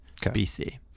BC